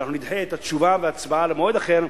שאנחנו נדחה את התשובה וההצבעה למועד אחר,